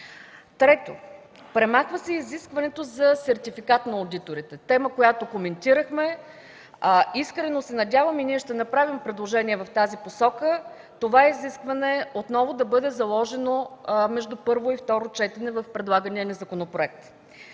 Трето, премахва се изискването за сертификат на одиторите – тема, която коментирахме. Искрено се надяваме, и ние ще направим предложение в тази посока, това изискване отново да бъде заложено между първо и второ четене в предлагания ни законопроект.